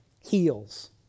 heals